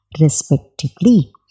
respectively